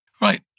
Right